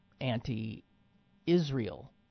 anti-Israel